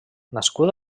nascut